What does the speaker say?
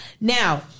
Now